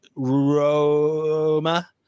Roma